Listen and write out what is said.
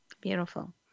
Beautiful